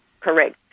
Correct